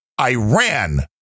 Iran